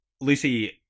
Lucy